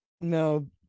No